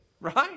right